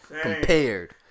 Compared